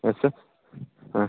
S sir ಹಾಂ